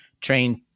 trained